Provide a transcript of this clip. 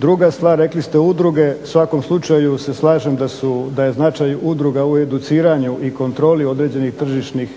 Druga stvar rekli ste udruge, u svakom slučaju se slažem da je značaj udruga u educiranju i kontroli određenih tržišnih